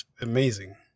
amazing